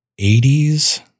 80s